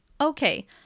Okay